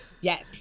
Yes